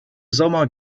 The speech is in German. sommer